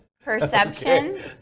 Perception